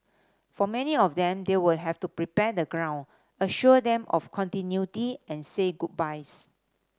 for many of them they will have to prepare the ground assure them of continuity and say goodbyes